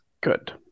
good